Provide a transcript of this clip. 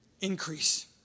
increase